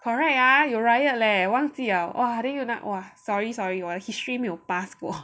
correct ah 有 riot leh 忘记 liao !wah! then !wah! sorry sorry 我的 history 没有 pass 过